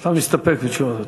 אני מסתפק בתשובת השר.